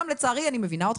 גם לצערי אני מבינה אתכם.